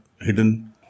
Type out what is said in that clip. hidden